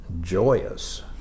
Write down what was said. joyous